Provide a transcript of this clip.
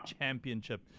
championship